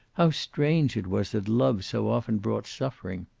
how strange it was that love so often brought suffering!